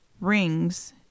rings